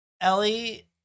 Ellie